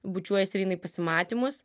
bučiuojasi ir eina į pasimatymus